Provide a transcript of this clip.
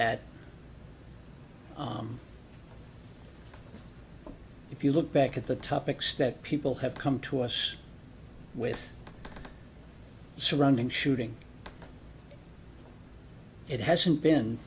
at if you look back at the topics that people have come to us with surrounding shooting it